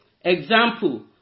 Example